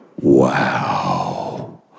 wow